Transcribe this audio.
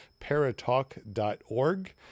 paratalk.org